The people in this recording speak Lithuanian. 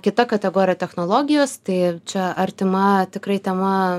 kita kategorija technologijos tai čia artima tikrai tema